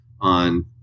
on